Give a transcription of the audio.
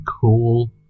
cool